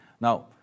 Now